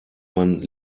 man